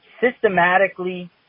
systematically